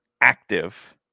active